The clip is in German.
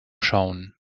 schauen